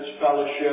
fellowship